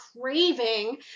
craving